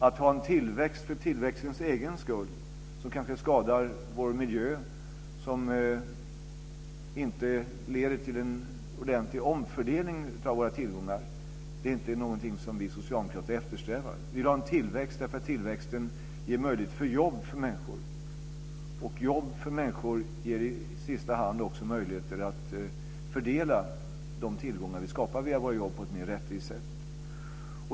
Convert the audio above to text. Att ha en tillväxt för tillväxtens egen skull, som kanske skadar vår miljö och som inte leder till en ordentlig omfördelning av våra tillgångar, är inget som vi socialdemokrater eftersträvar. Vi vill ha en tillväxt för att tillväxten ger möjlighet till jobb för människor. Och jobb för människor ger i sista hand också möjligheter att fördela de tillgångar som vi skapar genom våra jobb på ett mer rättvist sätt.